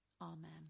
Amen